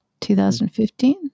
2015